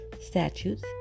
statutes